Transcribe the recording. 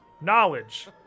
knowledge